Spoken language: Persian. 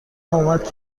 اومد